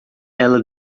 ela